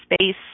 space